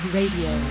Radio